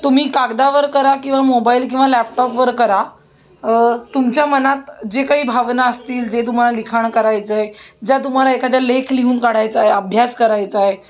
तुम्ही कागदावर करा किंवा मोबाईल किंवा लॅपटॉपवर करा तुमच्या मनात जे काही भावना असतील जे तुम्हाला लिखाण करायचं आहे ज्या तुम्हाला एखाद्या लेख लिहून काढायचा आहे अभ्यास करायचा आहे